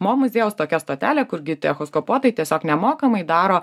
mo muziejaus tokia stotelė kur gydytojai echoskopuotojai tiesiog nemokamai daro